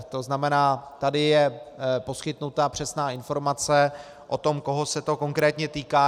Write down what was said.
To znamená, tady je poskytnuta přesná informace o tom, koho se to konkrétně týká.